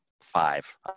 Five